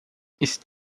ist